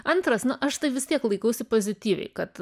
antras nu aš tai vis tiek laikausi pozityviai kad